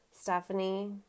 Stephanie